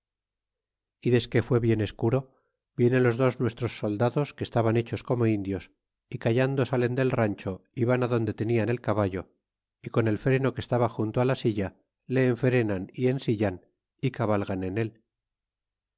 y desque fué bien escuro vienen los dos nuestros soldados que estaban hechos como indios y callando salen del rancho y van adonde tenia el caballo y con el freno que estaba junto con la silla le enfrenan y ensillan y cavalgan en él